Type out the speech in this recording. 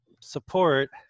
support